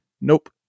Nope